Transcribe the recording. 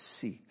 seek